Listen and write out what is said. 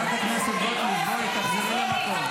חברת הכנסת גוטליב, בואי, תחזרי למקום.